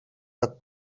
the